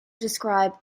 describe